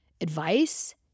advice